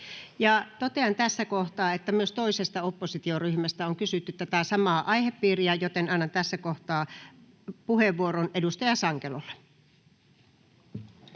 Totean tässä kohtaa, että myös toisesta oppositioryhmästä on kysytty tätä samaa aihepiiriä, joten annan tässä kohtaa puheenvuoron edustaja Sankelolle.